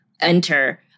enter